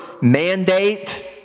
mandate